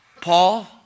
Paul